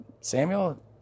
Samuel